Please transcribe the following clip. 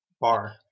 bar